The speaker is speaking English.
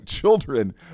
children